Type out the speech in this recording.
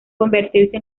convertirse